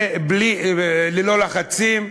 וללא לחצים.